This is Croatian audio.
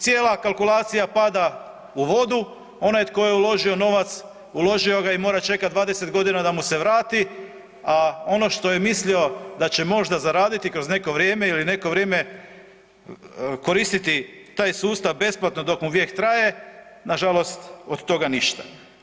Cijela kalkulacija pada u vodu, onaj tko je uložio novac uložio ga je i mora čekat 20.g. da mu se vrati, a ono što je mislio da će možda zaraditi kroz neko vrijeme ili neko vrijeme koristiti taj sustav besplatno dok mu vijek traje, nažalost od toga ništa.